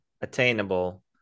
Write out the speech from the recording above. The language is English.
attainable